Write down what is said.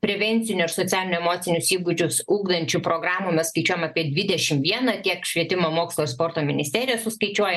prevencinių ir socialinių emocinius įgūdžius ugdančių programų mes skaičiuojam apie dvidešim vieną kiek švietimo mokslo ir sporto ministerija suskaičiuoja